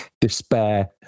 despair